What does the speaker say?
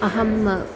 अहम्